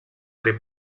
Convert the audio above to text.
tre